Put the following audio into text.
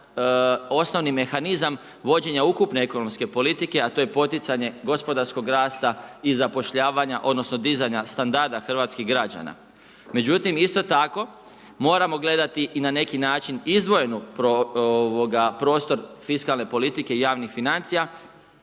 osnovni mehanizam vođenja ukupne ekonomske politike, a to je poticanje gospodarskog rasta i zapošljavanja, odnosno dizanja standarda hrvatskih građana. Međutim isto tako moramo gledati i na neki način izdvojen prostor fiskalne politike i javnih financija